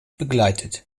begleitet